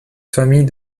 famille